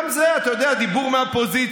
גם זה, אתה יודע, דיבור מהפוזיציה.